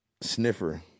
sniffer